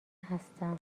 هستم